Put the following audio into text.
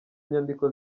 nyandiko